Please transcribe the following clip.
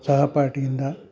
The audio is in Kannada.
ಸಹಪಾಠಿಯಿಂದ